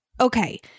Okay